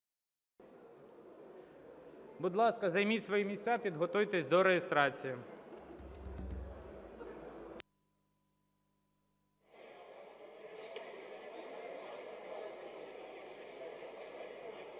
Будь ласка, займіть свої місця, підготуйтесь до реєстрації. Шановні